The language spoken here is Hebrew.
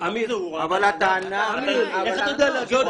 מאיפה אתה יודע להגיד?